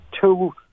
two